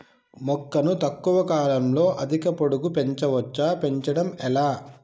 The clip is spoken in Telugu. మొక్కను తక్కువ కాలంలో అధిక పొడుగు పెంచవచ్చా పెంచడం ఎలా?